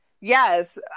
yes